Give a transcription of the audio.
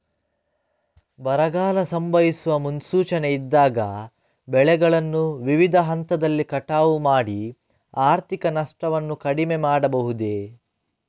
ಬರಗಾಲ ಸಂಭವಿಸುವ ಮುನ್ಸೂಚನೆ ಇದ್ದಾಗ ಬೆಳೆಗಳನ್ನು ವಿವಿಧ ಹಂತದಲ್ಲಿ ಕಟಾವು ಮಾಡಿ ಆರ್ಥಿಕ ನಷ್ಟವನ್ನು ಕಡಿಮೆ ಮಾಡಬಹುದೇ?